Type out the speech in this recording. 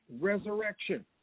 resurrection